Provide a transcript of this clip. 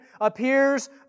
appears